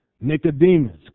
Nicodemus